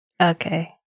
Okay